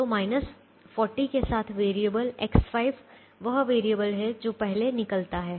तो 40 के साथ वेरिएबल X5 वह वेरिएबल है जो पहले निकलता है